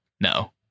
no